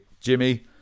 Jimmy